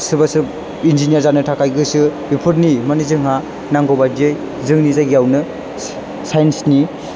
सोरबा सोब इन्जिनियार जानो थाखाय गोसो बेफोरनि मानि जोंहा नांगौ बादियै जोंनि जायगायावनो साइन्सनि